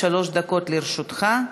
שלוש דקות לרשותך.